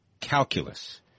Calculus